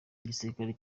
igisirikare